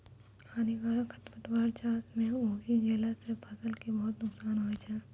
हानिकारक खरपतवार चास मॅ उगी गेला सा फसल कॅ बहुत नुकसान होय छै